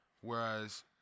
Whereas